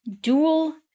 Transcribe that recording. dual